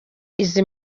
izi